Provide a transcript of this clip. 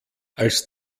als